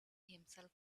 himself